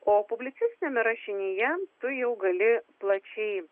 o publicistiniame rašinyje tu jau gali plačiai